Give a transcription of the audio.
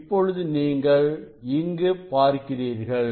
இப்பொழுது நீங்கள் இங்கு பார்க்கிறீர்கள்